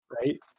Right